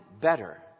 better